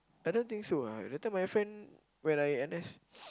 I don't think so ah that time my friend when I N_S